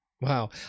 Wow